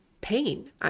pain